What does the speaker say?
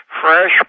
fresh